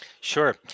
Sure